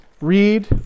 Read